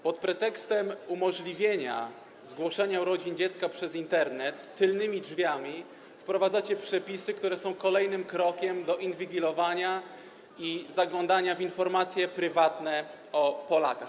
Pod pretekstem umożliwienia zgłoszenia urodzin dziecka przez Internet tylnymi drzwiami wprowadzacie przepisy, które są kolejnym krokiem do inwigilowania Polaków i zaglądania w prywatne informacje o Polakach.